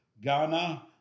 Ghana